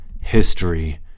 History